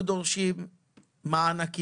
אנחנו דורשים מענקים,